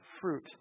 fruit